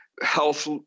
health